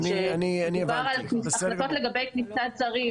משום שמדובר על החלטות לגבי כניסת זרים.